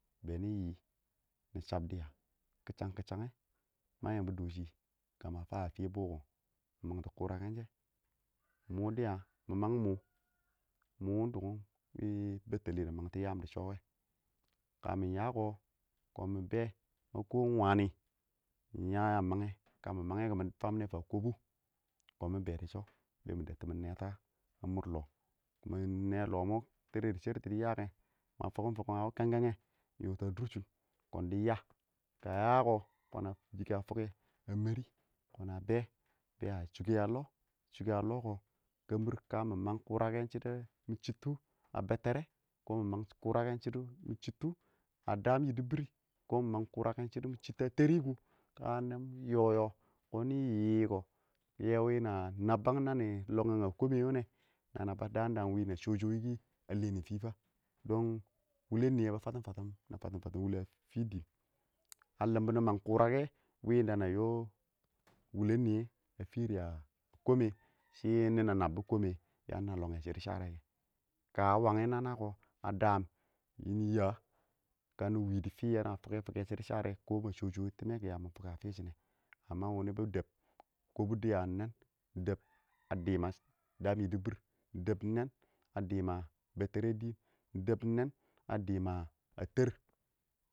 bɛɛ nɪ yɪ nɪ chab dɪya nɪ kichchang kɪ chɛngɛ ma yɪmbɔ dɔshɪ kama fan a fi bʊng kɔ, mɪn mangtɔ kʊrakɛn shɛ. mɔ dɪya mɪ mang mʊʊ, mʊʊ dʊngun wɪ bɛttɛlɪ dɪ mangtɔ yam dɪ sho wɛ, ka mɪ ya kɔ kɔn mɪ bɛ ma kɔ ɪng wani ɪng ya yan mangɛ kamɪ mangɛ kɔ, ka mɪ faminɛ kɔbʊ kʊ kɔn mɪ bɛɛ di shɪnɪ, mɪ dɛttu mɪ nɛtɔ a mʊr lc, nɛɛ lɔ mɔ tɛrɛ dɪ shɛrtʊ dɪ yakɛ ma fʊkʊm fʊkʊm a wɪ kɛnkɛngɛ yɔtɪn a durshim kɔn dɪ ya, ka yako kʊn a yikɛ a fʊkɛ mɛrɪ a bɛɛ be shukɛ a lɔ, kɪ mɛrrɪ a lɔ kɔ, kəmbir ka mɪ mang kʊrakɛ kɛko a dur kɛmbɪr mɪ chittu a bɛttɛrɛ kɔn mang kʊrakɛn shɪdo mɪ chitttu a daam yidi bɪr kʊ, kʊn mang kʊrakɛn shɪdo mi chittu a tɛrri kʊ ka mɪ, yɔ yɔ, yɛ wɪ na nabbang nɪ lɔngɛ a kɔmɛ kʊ nana ba daam daam yɛ wɪ na shosho wɪlɪ kɪ, a lɛm fɪ fɛ dɔn wulɛn nɪyɛ ba fatim fatɪm wulɛ a fɪ dɪn a limbɔ nɪ mang kʊrakɛ wɪ ɪng da na yo wulɛn niyɛ a fɪrɪ a komɛ, shɪ mina nabbɔ komɛ ya mi lpɔngɛ shidi shara rɛ kɛ, a wangɪn nana kɔ a daam nin yɛɛ ka ni wi di fi yana fʊkɛ shidi sharɛ kɔ na shoo shoo a wɪ timɛ kɔ, yanɪ fʊkɛ, a fishʊ nɛ wini bi dɛb kobu dɪya ɪng nɛɛn, ɪng dɛb daam yidi bɪr ɪng dɛb nɛɛn, a diim a bittɛrɛ dɪɪn ɪng dɛb nɛɛn a diim a teer.